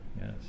Yes